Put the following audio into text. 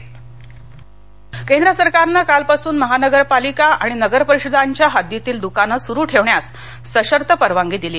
दुकाने केंद्र सरकारनं कालपासून महानगरपालिका आणि नगरपरिषदांच्या हद्दीतील दुकान सुरू ठेवण्यास सशर्त परवानगी दिली